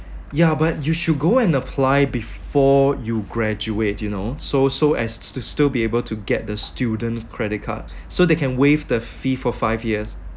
ya but you should go and apply before you graduate you know so so as to still be able to get the student credit card so they can waive the fee for five years